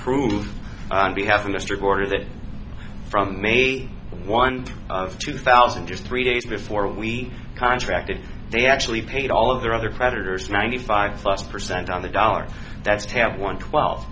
prove on behalf of mr porter that from me one of two thousand just three days before we contracted they actually paid all of their other creditors ninety five plus percent on the dollar that stamp one twelve